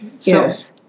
Yes